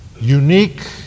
unique